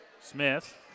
Smith